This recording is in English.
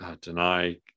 Deny